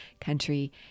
country